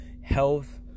health